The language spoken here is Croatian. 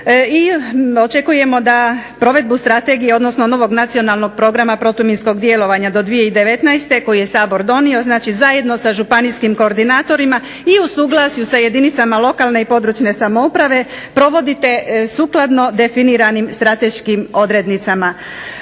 i očekujemo da provedbu strategije odnosno novog Nacionalnog programa protuminskog djelovanja do 2019. koju je Sabor donio zajedno sa županijskim koordinatorima i u suglasju sa jedinicama područne i lokalne samouprave provodite sukladno definirano strateškim odrednicama.